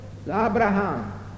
Abraham